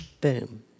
boom